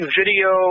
video